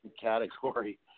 category –